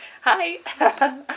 hi